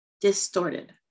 distorted